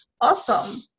Awesome